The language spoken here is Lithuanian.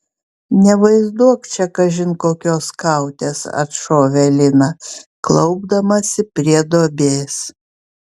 nevaizduok čia kažin kokios skautės atšovė lina klaupdamasi prie duobės